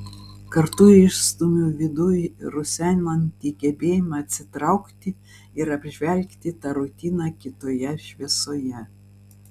kartu išstumiu viduj rusenantį gebėjimą atsitraukti ir apžvelgti tą rutiną kitoje šviesoje